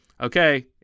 okay